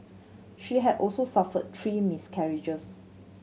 she had also suffered three miscarriages